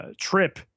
Trip